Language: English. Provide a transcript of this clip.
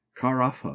Carafa